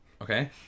Okay